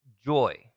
joy